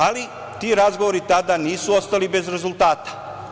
Ali, ti razgovori tada nisu ostali bez rezultata.